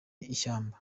ishyamba